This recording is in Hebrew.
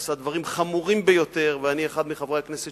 שעשה דברים חמורים ביותר, ואני אחד מחברי הכנסת